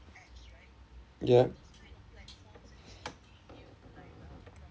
ya